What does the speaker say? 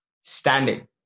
Standing